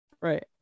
Right